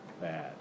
bad